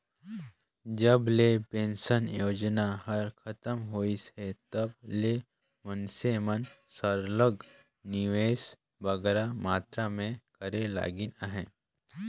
जब ले पेंसन योजना हर खतम होइस हे तब ले मइनसे मन सरलग निवेस बगरा मातरा में करे लगिन अहे